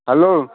hello